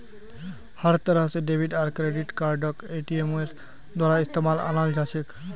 हर तरह से डेबिट आर क्रेडिट कार्डक एटीएमेर द्वारा इस्तेमालत अनाल जा छे